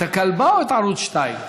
את הכלבה או את ערוץ 2?